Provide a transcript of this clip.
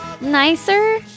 nicer